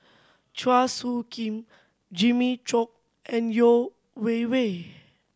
Chua Soo Khim Jimmy Chok and Yeo Wei Wei